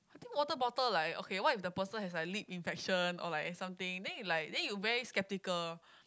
I think water bottle like okay what if the person has like lip infection or like something then you like then you very skeptical